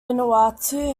vanuatu